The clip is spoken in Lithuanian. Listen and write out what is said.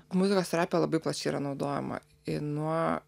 muzikos terapija labai plačiai yra naudojama nuo